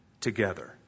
together